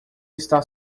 está